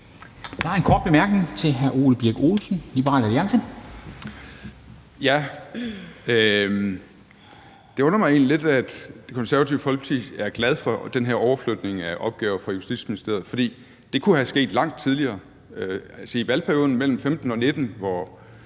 Det undrer mig egentlig lidt, at Det Konservative Folkeparti er glad for den her overflytning af opgaver fra Justitsministeriet, for det kunne være sket langt tidligere. I valgperioden mellem 2015 og 2019, hvoraf